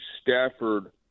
Stafford